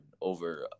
over